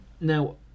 now